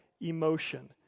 emotion